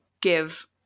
give